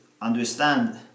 understand